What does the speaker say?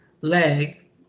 leg